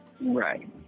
Right